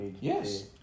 Yes